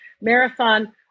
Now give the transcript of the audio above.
Marathon